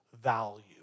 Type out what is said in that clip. value